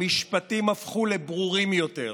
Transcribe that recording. המשפטים הפכו לברורים יותר: